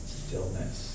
stillness